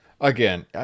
Again